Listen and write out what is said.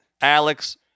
Alex